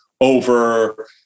over